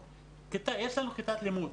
יש לנו כיתת לימוד.